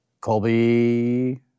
Colby